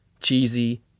cheesy